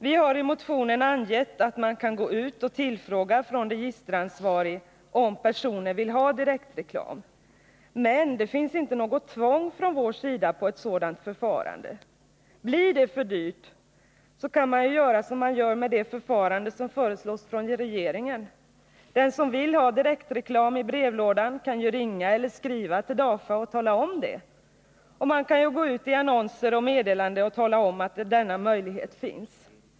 Vi har i motionen angett att man från registeransvarigt håll kan gå ut och tillfråga personer om de vill ha direktreklam. Men från vår sida är det inte något tvång att man skall ha ett sådant förfarande. Blir det för dyrt, kan man ju tillämpa samma förfarande som i regeringsförslaget: De som vill ha direktreklam i brevlådan kan ju ringa eller skriva till DAFA och tala om det. Och man kan ju i annonser och meddelanden tala om att denna möjlighet finns.